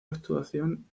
actuación